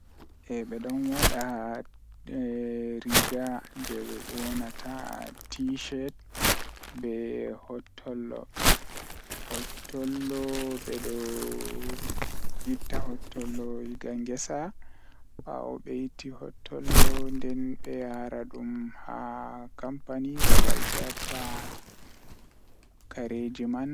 Waɗi e cottoŋ ko ngam kaŋko faamude. Cottoŋ ngol waɗi e njabbi ngol, waɗɗi laawol ngol maa nder t-shirt. Ko jeye, nafa nde ngol jogii forma ngol, nde maɓɓe waɗi e kaaɓɓe e nyalbe.